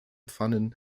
pfannen